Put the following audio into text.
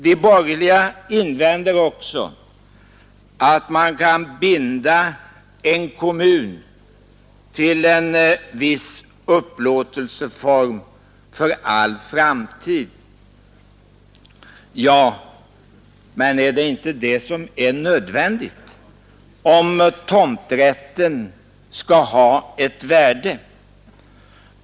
De borgerliga invänder också att man kan binda en kommun till en viss upplåtelseform för all framtid. Ja, men är det inte det som är nödvändigt, om tomträtten skall ha ett värde?